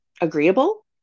agreeable